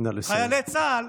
נא לסיים.